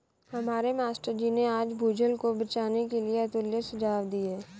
हमारे मास्टर जी ने आज भूजल को बचाने के लिए अतुल्य सुझाव दिए